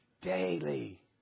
daily